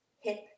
hip